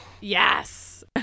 yes